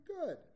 good